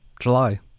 July